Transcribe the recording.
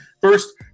First